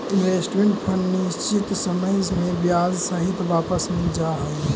investment fund निश्चित समय में ब्याज सहित वापस मिल जा हई